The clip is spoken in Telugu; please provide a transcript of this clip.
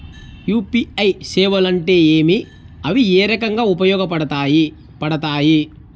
యు.పి.ఐ సేవలు అంటే ఏమి, అవి ఏ రకంగా ఉపయోగపడతాయి పడతాయి?